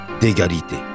d'égalité